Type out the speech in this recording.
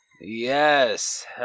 Yes